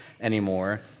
anymore